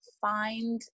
find